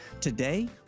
Today